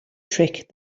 trick